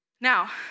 Now